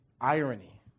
irony